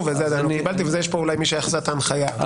וזה --- יש פה אולי מי שעשה את ההנחיה.